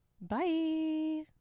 Bye